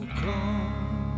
come